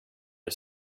och